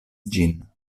ĝin